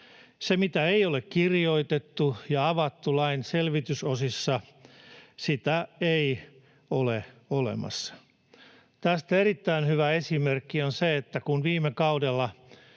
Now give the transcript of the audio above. Sitä, mitä ei ole kirjoitettu ja avattu lain selvitysosissa, ei ole olemassa. Tästä erittäin hyvä esimerkki: Kun viime kaudella